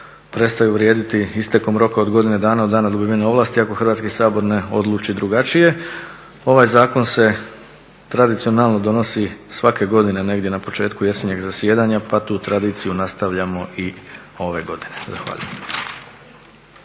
prestaju vrijediti istekom roka od godine dana od dana dobivene ovlasti, ako Hrvatski sabor ne odluči drugačije. Ovaj zakon se tradicionalno donosi svake godine negdje na početku jesenjeg zasjedanja pa tu tradiciju nastavljamo i ove godine. Zahvaljujem.